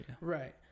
right